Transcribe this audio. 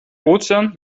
ozean